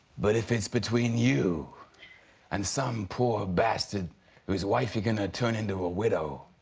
but if it's between you and some poor bastard whose wife you're gonna turn into a widow